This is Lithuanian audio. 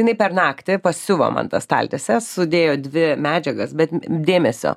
jinai per naktį pasiuvo man tą staltiesę sudėjo dvi medžiagas bet dėmesio